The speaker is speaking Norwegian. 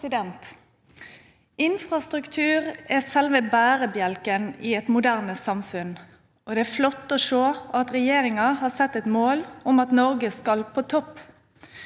Infrastruktur er selve bærebjelken i et moderne samfunn. Det er flott å se at regjeringen har satt seg det mål at Norge skal på topp.